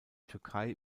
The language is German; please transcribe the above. türkei